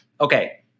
Okay